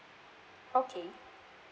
okay